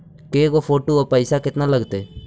के गो फोटो औ पैसा केतना लगतै?